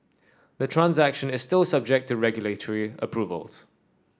the transaction is still subject to regulatory approvals